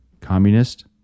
Communist